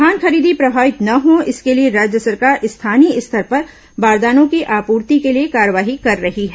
धान खरीदी प्रभावित न हो इसके लिए राज्य सरकार स्थानीय स्तर पर बारदानों की आपूर्ति के लिए कार्यवाही कर रही है